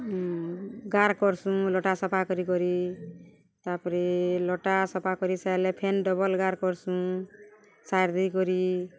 ଗାର୍ କର୍ସୁଁ ଲଟା ସଫା କରି କରି ତା'ପରେ ଲଟା ସଫା କରି ସାର୍ଲେ ଫେନ୍ ଡବଲ୍ ଗାର୍ କର୍ସୁଁ ସାର୍ ଦେଇକରି